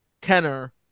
Kenner